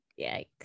yikes